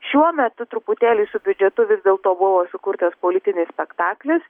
šiuo metu truputėlį su biudžetu vis dėlto buvo sukurtas politinis spektaklis